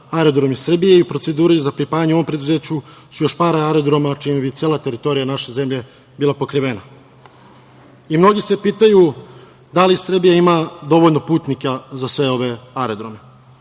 „Aerodromi Srbije“ i u procedura za pripajanje ovom preduzeću su još par aerodroma, čime bi cela teritorija naše zemlje bila pokrivena. Mnogi se pitaju, da li Srbija ima dovoljno putnika za sve ove aerodrome?